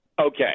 Okay